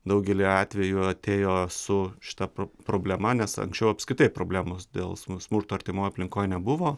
daugelyje atvejų atėjo su šita pro problema nes anksčiau apskritai problemos dėl smu smurto artimoje aplinkoje nebuvo